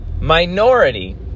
minority